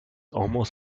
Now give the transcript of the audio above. almost